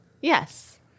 Yes